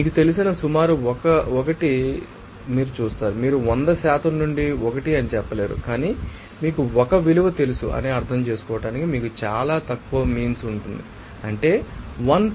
మీకు తెలిసిన సుమారు 1 తెలుస్తుందని మీరు చూస్తారు మీరు 100 నుండి 1 అని చెప్పలేరు కాని మీకు 1 విలువ తెలుసు అని అర్ధం చేసుకోవటానికి మీకు చాలా తక్కువ మీన్స్ ఉంటుంది అంటే 1